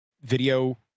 video